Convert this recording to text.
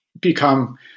become